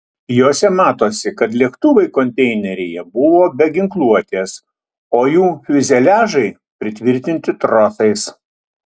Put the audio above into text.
jose matosi kad lėktuvai konteineryje buvo be ginkluotės o jų fiuzeliažai pritvirtinti trosais